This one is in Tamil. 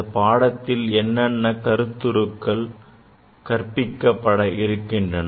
இந்தப் பாடத்தில் என்னென்ன கருத்துருக்கள் கற்பிக்கப்பட இருக்கின்றன